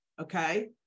Okay